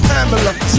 Pamela